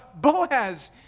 Boaz